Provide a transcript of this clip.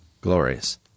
Glorious